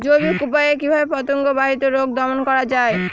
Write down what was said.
জৈবিক উপায়ে কিভাবে পতঙ্গ বাহিত রোগ দমন করা যায়?